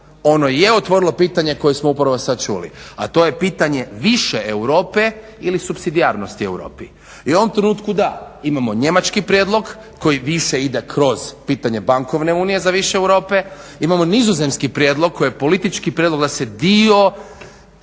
ono je otvorilo pitanje koje smo upravo sada čuli, a to je pitanje više Europe ili supsidijarnosti u Europi. I u ovom trenutku da, imamo njemački prijedlog koji više ide kroz pitanje bankovne unije za više Europe, imamo nizozemski prijedlog koji je politički prijedlog da se dio